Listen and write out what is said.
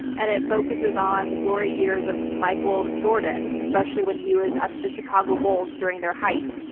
and it focuses on the glory years of michael jordan, especially when he was at the chicago bulls during their height.